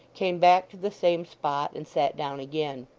came back to the same spot, and sat down again.